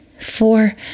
four